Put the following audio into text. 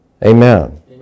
Amen